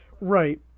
Right